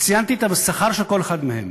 וציינתי את השכר של כל אחד מהם.